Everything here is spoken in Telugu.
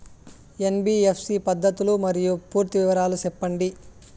ఎన్.బి.ఎఫ్.సి పద్ధతులు మరియు పూర్తి వివరాలు సెప్పండి?